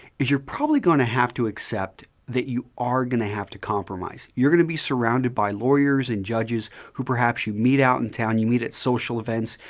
you're probably going to have to accept that you are going to have to compromise. you're going to be surrounded by lawyers and judges who perhaps you meet out in town, you meet at social events,